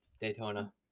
Daytona